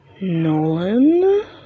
Nolan